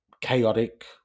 chaotic